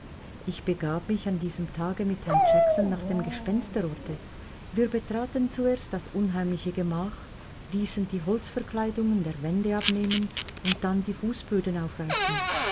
ich begab mich an diesem tage mit herrn jackson nach dem gespensterorte wir betraten zuerst das unheimliche gemach ließen die holzverkleidungen der wände abnehmen und dann die fußböden aufreißen